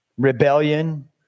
rebellion